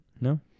No